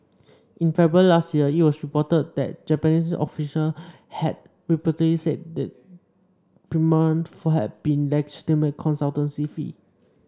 in February last year it was reported that Japanese official had repeatedly said the payment for had been legitimate consultancy fee